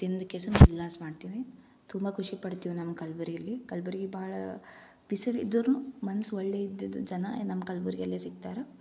ತಿಂದು ಕೇಸಿಂದ್ ಉಲ್ಲಾಸ ಮಾಡ್ತೀವಿ ತುಂಬ ಖುಷಿ ಪಡ್ತೀವಿ ನಮ್ಮ ಕಲಬುರ್ಗಿಲ್ಲಿ ಕಲಬುರ್ಗಿ ಭಾಳ ಬಿಸಿಲು ಇದ್ದರೂನು ಮನ್ಸು ಒಳ್ಳೆಯ ಇದ್ದಿದ್ದು ಜನ ನಮ್ಮ ಕಲಬುರ್ಗಿಯಲ್ಲಿ ಸಿಕ್ತಾರೆ